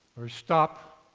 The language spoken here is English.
or stop